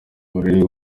uburere